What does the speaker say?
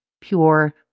pure